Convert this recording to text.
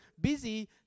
busy